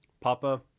Papa